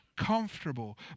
comfortable